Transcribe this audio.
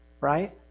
Right